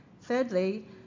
Thirdly